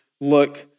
look